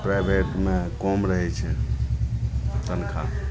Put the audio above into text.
प्राइवेटमे कम रहै छै तनखाह